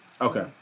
Okay